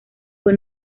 fue